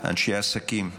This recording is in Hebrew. אנשי עסקים,